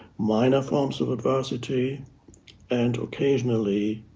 minor forms of adversity and occasionally